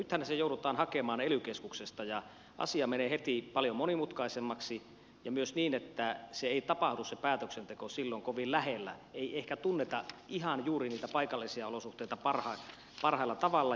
nythän se joudutaan hakemaan ely keskuksesta ja asia menee heti paljon monimutkaisemmaksi ja myöskään se päätöksenteko ei tapahdu silloin kovin lähellä ei ehkä tunneta ihan juuri niitä paikallisia olosuhteita parhaalla tavalla